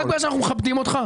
רק בגלל שאנחנו מכבדים אותך,